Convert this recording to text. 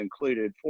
included